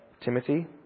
Timothy